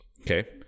Okay